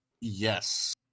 Yes